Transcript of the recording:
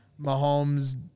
Mahomes